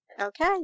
Okay